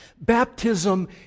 Baptism